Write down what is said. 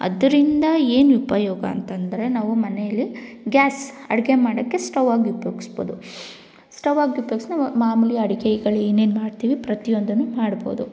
ಅದರಿಂದ ಏನು ಉಪಯೋಗ ಅಂತಂದ್ರೆ ನಾವು ಮನೆಯಲ್ಲಿ ಗ್ಯಾಸ್ ಅಡುಗೆ ಮಾಡೋಕ್ಕೆ ಸ್ಟೌವಾಗಿ ಉಪ್ಯೋಗಿಸಬೋದು ಸ್ಟೌವಾಗಿ ಉಪ್ಯೋಗಿಸಿ ನೀವು ಮಾಮೂಲಿ ಅಡುಗೆಗಳು ಏನೇನು ಮಾಡ್ತೀವಿ ಪ್ರತಿಯೊಂದನ್ನು ಮಾಡಬೋದು